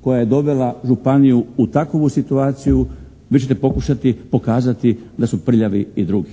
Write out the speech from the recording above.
koja je dovela županiju u takovu situaciju, vi ćete pokušati pokazati da su prljavi i drugi.